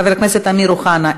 חבר הכנסת אמיר אוחנה,